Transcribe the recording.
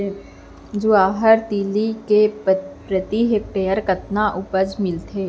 जवाहर तिलि के प्रति हेक्टेयर कतना उपज मिलथे?